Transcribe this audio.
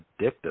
addictive